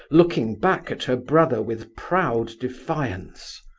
looking back at her brother with proud defiance.